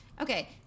Okay